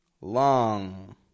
Long